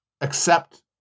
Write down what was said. accept